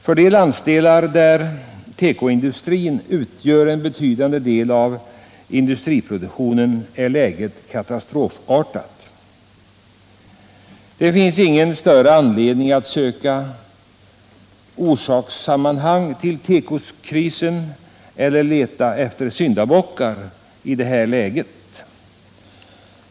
För de landsdelar där tekoindustrin svarar för en betydande del av industriproduktionen är läget katastrofartat. Det finns ingen större anledning att söka orsakssammanhang när det gäller tekokrisen eller att leta efter syndabockar i det här läget.